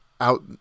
out